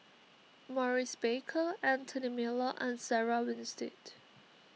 Maurice Baker Anthony Miller and Sarah Winstedt